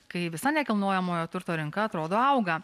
kai visa nekilnojamojo turto rinka atrodo auga